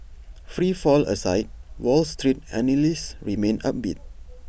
free fall aside wall street analysts remain upbeat